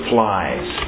Flies